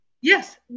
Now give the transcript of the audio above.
Yes